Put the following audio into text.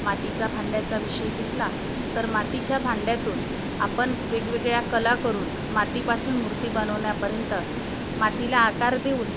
मातीचा भांड्याचा विषय घेतला तर मातीच्या भांड्यातून आपण वेगवेगळ्या कला करून मातीपासून मूर्ती बनवण्यापर्यंत मातीला आकार देऊन